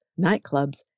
nightclubs